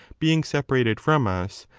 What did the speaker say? being separated from us,